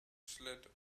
slid